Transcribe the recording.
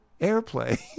airplay